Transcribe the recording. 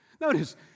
Notice